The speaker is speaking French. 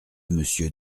monsieur